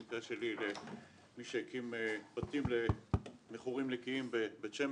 במקרה שלי למי שהקים בתים למכורים נקיים בבית שמש.